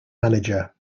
manager